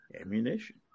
ammunition